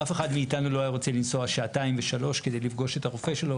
אף אחד מאתנו לא היה רוצה לנסוע שעתיים ושלוש כדי לפגוש את הרופא שלו,